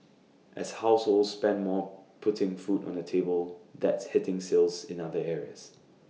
as households spend more putting food on the table that's hitting sales in other areas